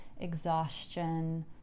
exhaustion